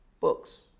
books